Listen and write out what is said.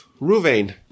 Ruvain